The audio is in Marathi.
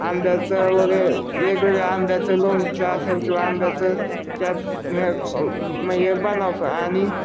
आंब्याचं वगे वेगवेगळ्या आंब्याचं लोणचं असेल किंवा आंब्याचं म्हणजे बनवतो आणि